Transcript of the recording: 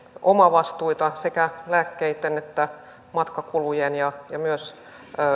omavastuita sekä lääkkeiden että matkakulujen ja myös